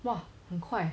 !wah! 很快 eh